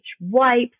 wipes